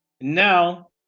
Now